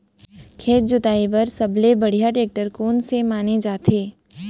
खेत जोताई बर सबले बढ़िया टेकटर कोन से माने जाथे?